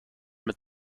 mit